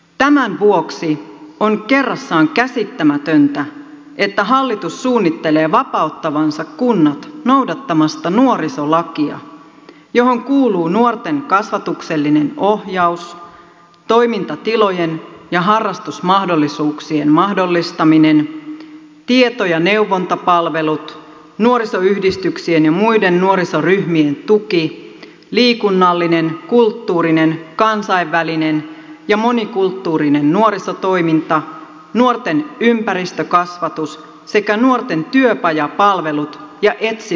tämän vuoksi on kerrassaan käsittämätöntä että hallitus suunnittelee vapauttavansa kunnat noudattamasta nuorisolakia johon kuuluu nuorten kasvatuksellinen ohjaus toimintatilojen ja harrastusmahdollisuuksien mahdollistaminen tieto ja neuvontapalvelut nuorisoyhdistyksien ja muiden nuorisoryhmien tuki liikunnallinen kulttuurinen kansainvälinen ja monikulttuurinen nuorisotoiminta nuorten ympäristökasvatus sekä nuorten työpajapalvelut ja etsivä nuorisotyö